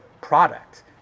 product